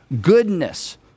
goodness